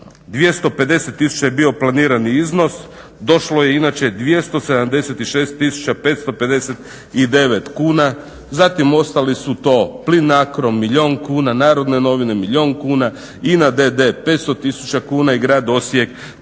250 tisuća je bio planirani iznos, došlo je inače 276 tisuća 559 kuna, zatim ostali su Plinacro milijun kuna, Narodne novine milijun kuna, INA d.d. 500 tisuća kuna i grad Osijek